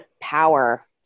power